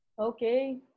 Okay